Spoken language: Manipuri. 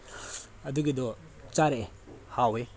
ꯑꯗꯨꯒꯤꯗꯣ ꯆꯥꯔꯛꯑꯦ ꯍꯥꯎꯏ